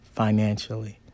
financially